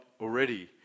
already